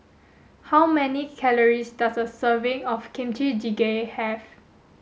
how many calories does a serving of Kimchi Jjigae have